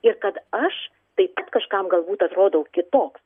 ir kad aš taip pat kažkam galbūt atrodau kitoks